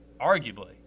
arguably